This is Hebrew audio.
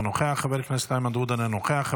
אינו נוכח, חבר הכנסת איימן עודה, אינו נוכח.